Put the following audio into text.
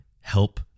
help